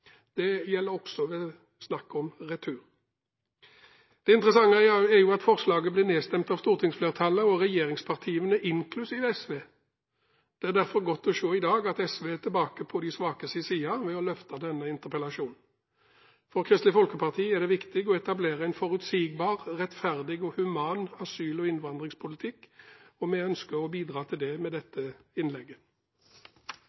Det gjelder også ved snakk om retur. Det interessante er at forslaget ble nedstemt av stortingsflertallet og regjeringspartiene, inklusiv SV. Det er derfor godt å se i dag at SV er tilbake på de svakes side ved å løfte fram denne interpellasjonen. For Kristelig Folkeparti er det viktig å etablere en forutsigbar, rettferdig og human asyl- og innvandringspolitikk. Vi ønsker å bidra til det med